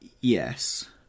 yes